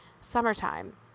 summertime